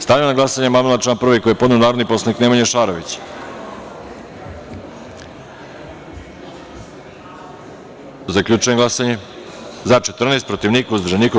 Stavljam na glasanje amandman na član 1. koji je podneo narodni poslanik Nemanja Šarović Zaključujem glasanje: za – 14, protiv – niko, uzdržan – niko.